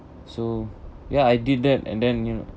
so ya I did that and then you know